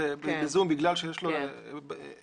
בגלל שיש לו בעיה